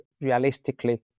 realistically